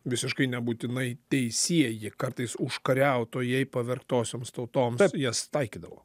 visiškai nebūtinai teisieji kartais užkariautojai pavergtosioms tautoms jas taikydavo